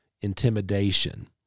intimidation